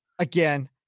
again